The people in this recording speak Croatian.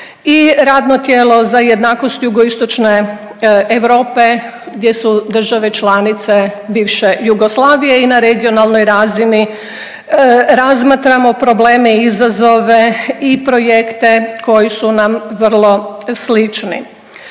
i radno tijelo za jednakost jugoistočne Europe gdje su države članice bivše Jugoslavije i na regionalnoj razini razmatramo probleme i izazove i projekte koji su nam vrlo slično.